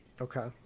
okay